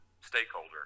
stakeholder